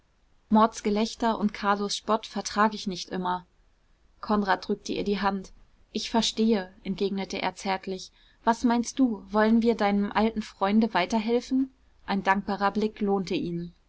mauds gelächter und carlos spott vertrag ich nicht immer konrad drückte ihr die hand ich verstehe entgegnete er zärtlich was meinst du wollen wir deinem alten freunde weiterhelfen ein dankbarer blick lohnte ihn